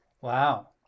Wow